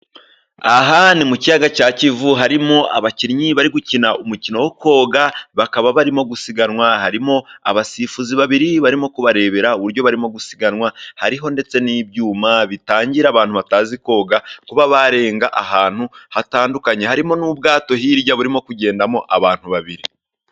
Aha ni mu kiyaga cya Kivu harimo abakinnyi bari gukina umukino wo koga bakaba barimo gusiganwa, harimo abasifuzi babiri barimo kubarebera uburyo barimo gusiganwa, hariho ndetse n'ibyuma bitangira abantu batazi koga kuba barenga ahantu hatandukanye, harimo n'ubwato hirya burimo kugendamo abantu babiri.